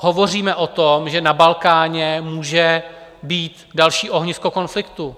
Hovoříme o tom, že na Balkáně může být další ohnisko konfliktu.